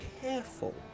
careful